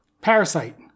Parasite